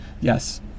Yes